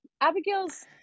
Abigail's